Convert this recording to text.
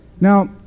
Now